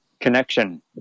connection